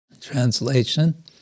Translation